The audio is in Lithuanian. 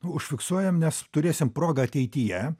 užfiksuojam nes turėsim progą ateityje